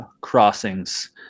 crossings